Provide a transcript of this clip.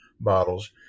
bottles